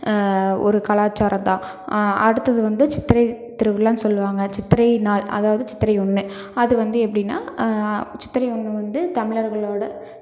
ஒரு கலாச்சாரம் தான் அடுத்தது வந்து சித்திரை திருவிழான்னு சொல்லுவாங்கள் சித்திரை நாள் அதாவது சித்திரை ஒன்று அது வந்து எப்படின்னா சித்திரை ஒன்று வந்து தமிழர்களோடய